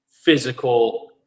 physical